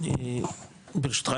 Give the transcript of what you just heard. ברשותך,